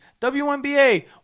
WNBA